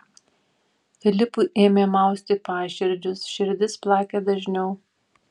filipui ėmė mausti paširdžius širdis plakė dažniau